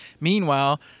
Meanwhile